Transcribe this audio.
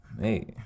Hey